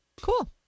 Cool